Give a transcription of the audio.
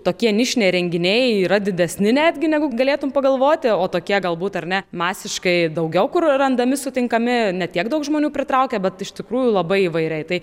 tokie nišiniai renginiai yra didesni netgi negu galėtum pagalvoti o tokie galbūt ar ne masiškai daugiau kur randami sutinkami ne tiek daug žmonių pritraukia bet iš tikrųjų labai įvairiai tai